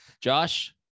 Josh